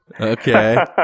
Okay